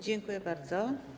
Dziękuję bardzo.